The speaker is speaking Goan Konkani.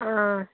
आं